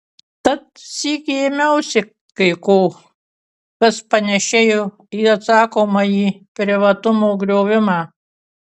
tad sykį ėmiausi kai ko kas panėšėjo į atsakomąjį privatumo griovimą